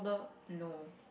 no